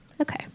Okay